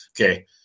Okay